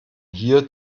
hier